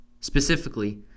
Specifically